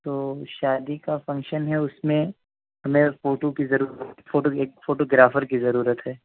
تو شادی کا فنکشن ہے اس میں ہمیں فوٹو کی ضرورت فوٹو کی ایک فوٹوگرافر کی ضرورت ہے